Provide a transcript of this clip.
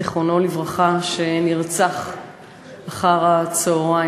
זיכרונו לברכה, שנרצח אחר-הצהריים.